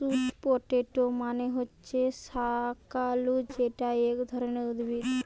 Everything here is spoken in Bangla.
স্যুট পটেটো মানে হচ্ছে শাকালু যেটা এক ধরণের উদ্ভিদ